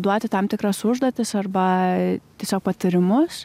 duoti tam tikras užduotis arba tiesiog patyrimus